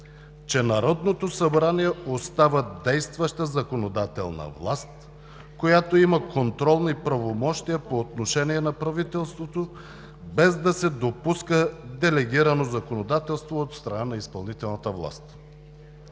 че Народното събрание остава действаща законодателна власт, която има контролни правомощия по отношение на правителството, без да се допуска делегирано законодателство от страна на изпълнителната власт.